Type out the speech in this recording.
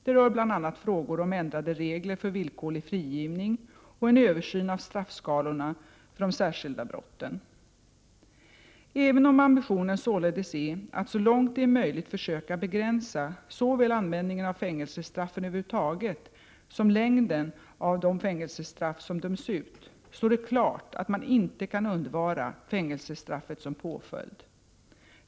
De rör bl.a. frågor om ändrade regler för villkorlig frigivning och en översyn av straffskalorna för de särskilda brotten. Även om ambitionen således är att så långt det är möjligt försöka begränsa såväl användningen av fängelsestraffen över huvud taget som längden av de fängelsestraff som döms ut, står det klart att man inte kan undvara fängelsstraffet som påföljd.